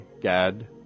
Gad